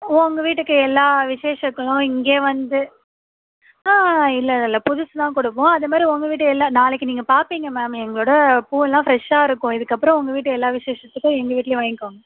உங்க வீட்டுக்கு எல்லாம் விஷேஷத்துக்கலாம் இங்கேயே வந்து ஆ இல்லை இல்லைல்ல புதுசு தான் கொடுப்போம் அதே மாரி உங்கள் வீட்டு எல்லா நாளைக்கு நீங்கள் பார்ப்பீங்க மேம் எங்களோட பூலாம் ஃப்ரெஷ்ஷாக இருக்கும் இதுக்கப்புறம் உங்கள் வீட்டு எல்லாம் விஷேஷத்துக்கும் எங்கள்கிட்டேயே வாய்ங்க்கோங்க